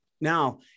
Now